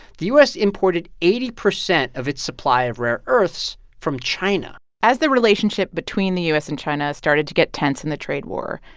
the u s. imported eighty percent of its supply of rare earths from china as the relationship between the u s. and china started to get tense in the trade war,